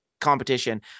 competition